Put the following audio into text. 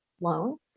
loan